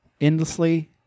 endlessly